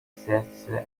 setzte